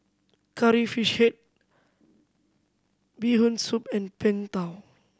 Curry Fish Head Bee Hoon Soup and Png Tao